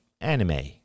anime